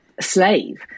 slave